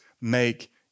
make